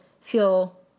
feel